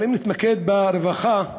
אבל אם נתמקד ברווחה,